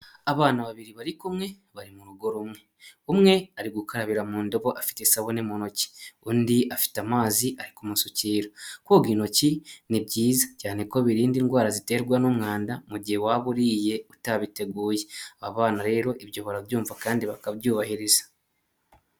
Abana babiri bari kumwe bari mu rugo rumwe; umwe ari gukarabira mundobo afite isabune mu ntoki; undi afite amazi ari kumusukira; koga intoki ni byiza cyane ko birinda indwara ziterwa n'umwanda, mu gihe waba uriye utabiteguye; aba bana rero ibyo barabyumva kandi bakabyubahiriza.